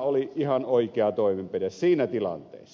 oli ihan oikea toimenpide siinä tilanteessa